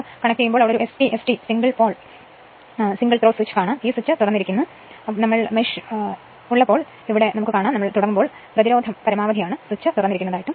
ആരംഭിക്കുമ്പോൾ മെഷ് ഉള്ളപ്പോൾ ഈ സ്വിച്ച് തുറന്നിരിക്കുന്നു ഈ പ്രതിരോധം പരമാവധി ഈ സ്വിച്ച് തുറന്നിരിക്കും